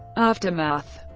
aftermath